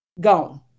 gone